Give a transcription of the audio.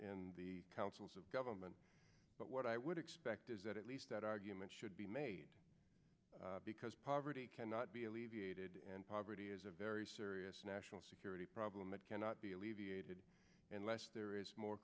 in the councils of government but what i would expect is that at least that argument should be made because poverty cannot be alleviated and poverty is a very serious national security problem that cannot be alleviated unless there is more